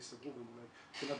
לא ייסגרו והם אולי מבחינת ביקורת,